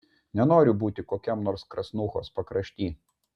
nenoriu būti kokiam nors krasnuchos pakrašty